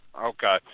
Okay